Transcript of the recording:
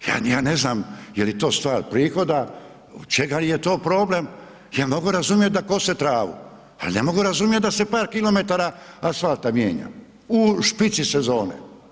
Ja ne znam je li to stvar prihoda, čega je to problem, ja mogu razumjet da kose travu ali ne mogu razumjet da se par kilometara asfalta mijenja u špici sezone.